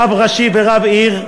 רב ראשי ורב עיר,